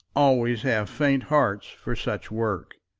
always have faint hearts for such work.